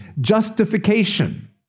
Justification